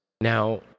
Now